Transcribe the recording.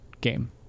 game